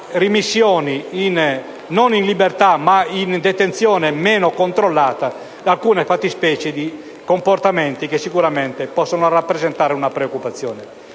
reimmissioni, non in libertà ma in detenzione meno controllata e rispetto a alcune fattispecie di comportamenti che sicuramente possono rappresentare un fattore di preoccupazione.